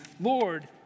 Lord